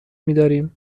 میداریم